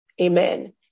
Amen